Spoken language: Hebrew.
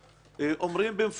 אומרים מפורשות,